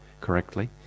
correctly